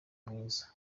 mwiza